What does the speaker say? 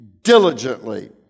diligently